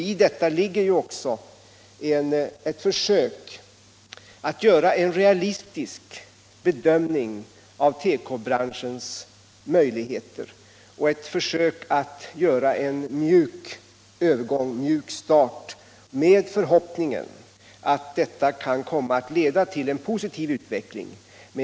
I detta ligger ju också ett försök att göra en realistisk bedömning av tekobranschens möjligheter och ett försök till en ny start, i förhoppningen att detta kan komma att leda till en positiv utveckling.